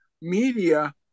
media